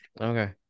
Okay